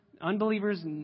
unbelievers